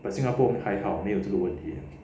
but singapore 还好没有这个问题